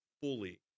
fully